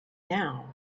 now